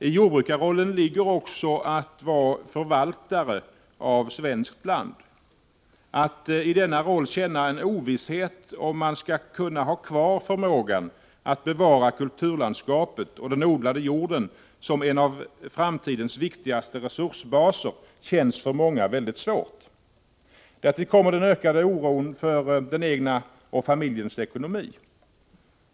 I jordbrukarrollen ligger också att vara förvaltare av svenskt land. Ovissheten om huruvida man i denna roll skall kunna ha kvar förmågan att bevara kulturlandskapet och att upprätthålla den odlade jorden som en av framtidens viktigaste resursbaser känns för många väldigt svår. Därtill kommer en ökande oro för den egna ekonomin och för familjens ekonomi.